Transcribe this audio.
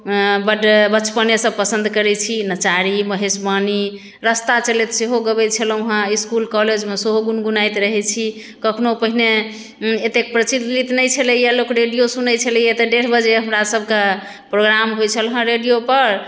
बड्ड बचपनेसँ पसन्द करैत छी नचारी महेशवाणी रस्ता चलैत सेहो गबैत छलहुँ हेँ इस्कुल कॉलेजमे सेहो गुनगुनाइत रहैत छी कखनो पहिने एतेक प्रचलित नहि छलैए लोक रेडियो सुनैत छलै तऽ डेढ़ बजे हमरासभके प्रोग्राम होइत छल हेँ रेडियोपर